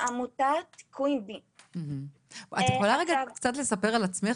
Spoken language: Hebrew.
את יכולה רגע קצת לספר על עצמך?